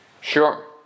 Sure